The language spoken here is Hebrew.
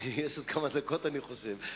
יש עוד כמה דקות, אני חושב.